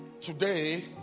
Today